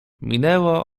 minęło